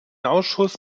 ausschuss